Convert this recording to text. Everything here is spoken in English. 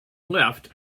left